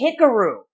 Hikaru